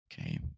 Okay